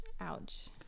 Ouch